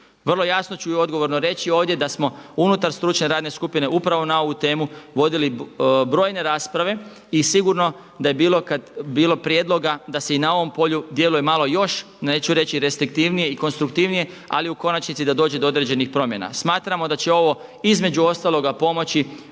Vrlo jasno ću i odgovorno reći ovdje da smo unutar stručne radne skupine upravo na ovu temu vodili brojne rasprave i sigurno da je bilo prijedloga da se i na ovom polju djeluje malo još, neću reći restriktivnije i konstruktivnije, ali u konačnici da dođe do određenih promjena. Smatramo da će ovo između ostaloga pomoći